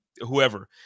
whoever